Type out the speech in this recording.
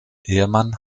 ehemann